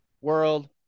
world